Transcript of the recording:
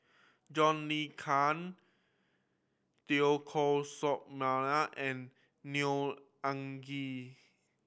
John Le Cain Teo Koh Sock Miang and Neo Anngee